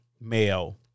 male